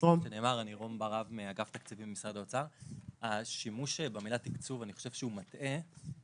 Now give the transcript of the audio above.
חושב השימוש במילה "תקצוב" מטעה,